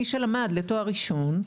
מי שלמד לתואר ראשון,